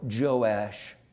Joash